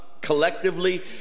collectively